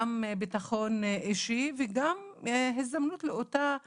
גם ביטחון אישי וגם הזדמנות לאותה אישה,